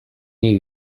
new